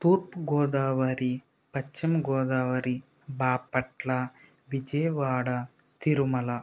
తూర్పు గోదావరి పశ్చిమ గోదావరి బాపట్ల విజయవాడ తిరుమల